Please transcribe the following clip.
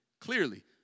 Clearly